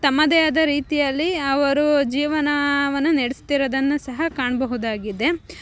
ತಮ್ಮದೇ ಆದ ರೀತಿಯಲ್ಲಿ ಅವರು ಜೀವನವನ್ನು ನಡೆಸ್ತಿರೋದನ್ನು ಸಹ ಕಾಣಬಹುದಾಗಿದೆ